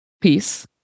peace